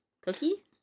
Cookie